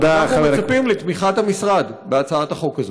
אנחנו מצפים לתמיכת המשרד בהצעת החוק הזאת.